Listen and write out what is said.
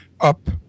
up